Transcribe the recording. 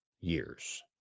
years